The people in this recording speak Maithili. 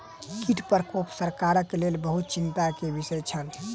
कीट प्रकोप सरकारक लेल बहुत चिंता के विषय छल